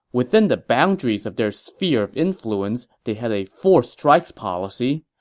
within the boundaries of their sphere of influence, they had a four-strikes policy.